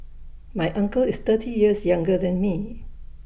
my uncle is thirty years younger than me